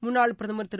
முன்னாள் பிரதமர் திரு